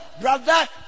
brother